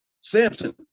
Samson